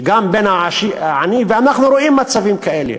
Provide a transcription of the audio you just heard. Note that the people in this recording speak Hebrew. שגם העני, ואנחנו רואים מצבים כאלה.